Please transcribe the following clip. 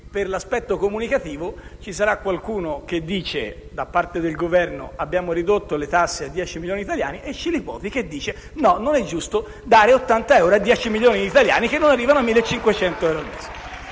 per l'aspetto comunicativo ci sarà qualcuno che dice, da parte del Governo, che abbiamo ridotto le tasse a dieci milioni di italiani, e il senatore Scilipoti Isgrò che dice che non è giusto dare ottanta euro a dieci milioni di italiani che non arrivano a 1.500 euro al mese.